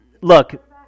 Look